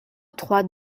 trois